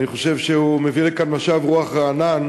אני חושב שהוא מביא לכאן משב רוח רענן